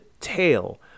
tail